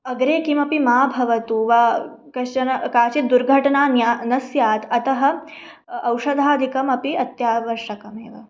अग्रे किमपि मा भवतु वा कश्चन काचित् दुर्घटना न्या न स्यात् अतः औषधाधिकम् अपि अत्यावश्यकमेव